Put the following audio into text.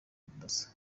ubudasa